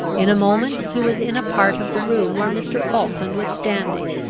in a moment he was in a part of the room where mr. falkland was standing,